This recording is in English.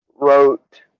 wrote